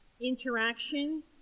interaction